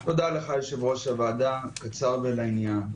תודה לך, יושב-ראש הוועדה, קצר ולעניין.